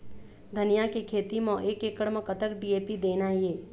धनिया के खेती म एक एकड़ म कतक डी.ए.पी देना ये?